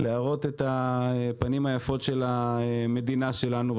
להראות את הפנים היפות של המדינה שלנו.